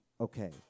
okay